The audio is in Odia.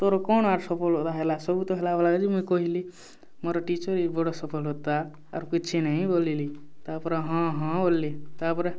ତୋର୍ କ'ଣ ଆର୍ ସଫଳତା ହେଲା ସବୁ ତ ହେଲା ବୋଏଲା କେ'ଯେ ମୁଁ କହିଲି ମୋର୍ ଟିଚର୍ ହି ବଡ଼୍ ସଫଳତା ଆରୁ କିଛି ନାଇଁ ବୋଲ୍ଲି ତା'ର୍ପରେ ହଁ ହଁ ବୋଲ୍ଲେ ତା'ର୍ପରେ